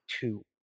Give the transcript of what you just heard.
two